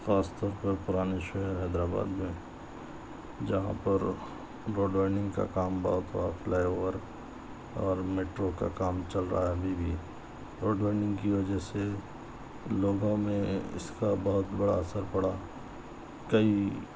خاص طور پر پرانے شہر حیدر آباد میں جہاں پر روڈ رننگ کا کام بہت ہوا فلائی اوور اور میٹرو کا کام چل رہا ہے ابھی بھی روڈ رننگ کی وجہ سے لوگوں میں اس کا بہت بڑا اثر پڑا کئی